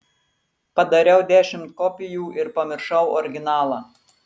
padariau dešimt kopijų ir pamiršau originalą